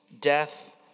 death